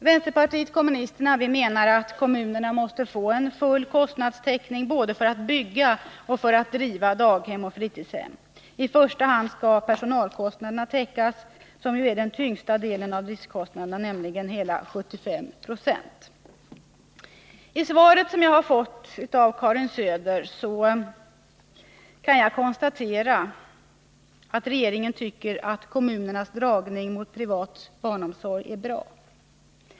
Vänsterpartiet kommunisterna menar att kommunerna måste få full kostnadstäckning både för att bygga och för att driva daghem och fritidshom. I första hand skall man täcka personalkostnaderna, som är den tyngsta delen av driftkostnaderna, nämligen hela 75 9o. Av det svar jag har fått från Karin Söder kan jag konstatera att regeringen tycker att kommunernas inriktning mot privat barnomsorg är bra.